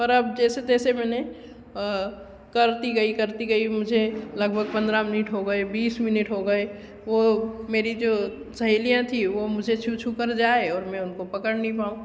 पर अब जैसे तैसे मैंने करती गई करती गई मुझे लगभग पंद्रह मिनिट हो गये बीस मिनिट हो गये वो मेरी जो सहेलियाँ थी वो मुझे छू छू कर जाएँ और मैं उनको पकड़ नहीं पाऊँ